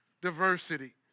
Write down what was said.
diversity